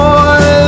Boy